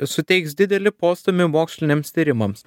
suteiks didelį postūmį moksliniams tyrimams